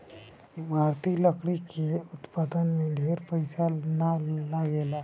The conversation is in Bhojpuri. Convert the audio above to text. इमारती लकड़ी के उत्पादन में ढेर पईसा ना लगेला